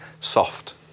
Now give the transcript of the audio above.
soft